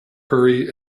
hurry